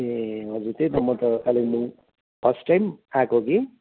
ए हजुर त्यही त म त कालेबुङ फर्स्ट टाइम आएको कि